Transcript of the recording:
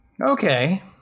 okay